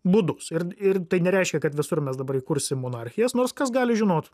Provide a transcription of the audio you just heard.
būdus ir ir tai nereiškia kad visur mes dabar įkursim monarchijas nors kas gali žinot